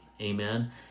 amen